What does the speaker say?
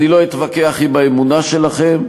אני לא אתווכח עם האמונה שלכם,